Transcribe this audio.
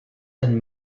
and